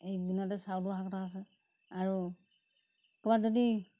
এই কেইদিনতে চাউলটো অহা কথা আছে আৰু ক'ৰবাত যদি